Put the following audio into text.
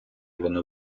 вони